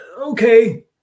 okay